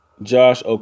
Josh